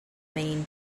main